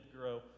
grow